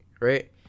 right